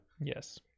Yes